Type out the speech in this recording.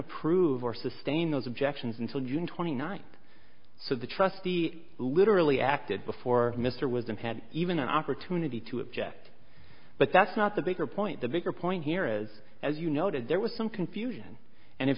approve or sustain those objections until june twenty ninth so the trustee who literally acted before mr wisdom had even an opportunity to object but that's not the bigger point the bigger point here is as you noted there was some confusion and if